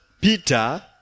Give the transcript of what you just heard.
Peter